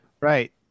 Right